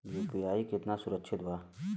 UPI कितना सुरक्षित बा?